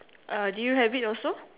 uh do you have it also